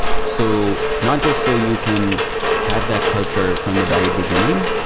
so not just so you can have that culture from the very beginning,